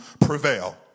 prevail